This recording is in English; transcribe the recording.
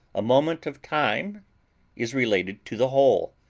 a moment of time is related to the whole,